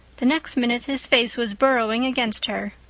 the next minute his face was burrowing against her.